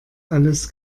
alles